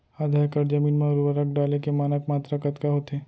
आधा एकड़ जमीन मा उर्वरक डाले के मानक मात्रा कतका होथे?